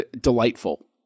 delightful